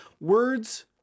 words